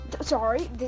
Sorry